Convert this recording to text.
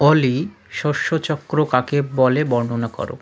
অলি শস্যচক্র কাকে বলে বর্ণনা করো